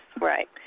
Right